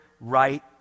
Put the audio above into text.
right